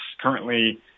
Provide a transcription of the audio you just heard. currently